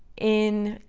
in, you